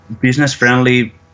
business-friendly